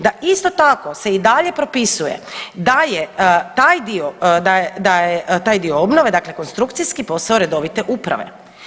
Da isto tako, se i dalje propisuje da je taj dio, da je taj obnove, dakle konstrukcijski, posao redovite uprave.